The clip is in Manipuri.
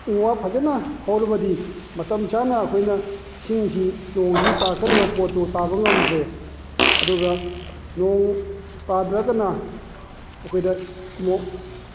ꯎ ꯋꯥ ꯐꯖꯅ ꯍꯧꯔꯕꯗꯤ ꯃꯇꯝ ꯆꯥꯅ ꯑꯩꯈꯣꯏꯅ ꯏꯁꯤꯡꯁꯤ ꯅꯣꯡꯁꯤ ꯇꯥꯔꯛꯀꯗꯕ ꯄꯣꯠꯇꯨ ꯇꯥꯕ ꯉꯝꯗ꯭ꯔꯦ ꯑꯗꯨꯒ ꯅꯣꯡ ꯇꯥꯗ꯭ꯔꯒꯅ ꯑꯩꯈꯣꯏꯗ ꯀꯨꯃꯣꯛ